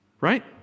Right